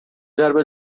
درب